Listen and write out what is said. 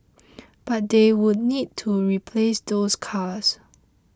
but they would need to replace those cars